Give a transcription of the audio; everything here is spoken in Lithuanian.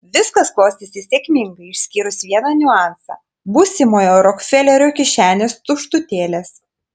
viskas klostėsi sėkmingai išskyrus vieną niuansą būsimojo rokfelerio kišenės tuštutėlės